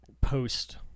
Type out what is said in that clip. post